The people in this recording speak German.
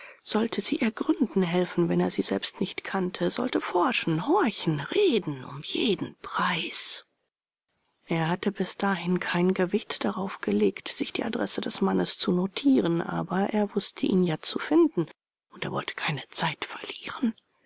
sollte sie ergründen helfen wenn er sie selbst nicht kannte sollte forschen horchen reden um jeden preis er hatte bis dahin kein gewicht darauf gelegt sich die adresse des mannes zu notieren aber er wußte ihn ja zu finden und er wollte keine zeit verlieren